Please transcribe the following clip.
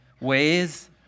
ways